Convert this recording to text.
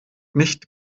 nicht